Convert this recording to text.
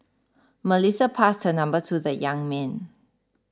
Melissa passed her number to the young man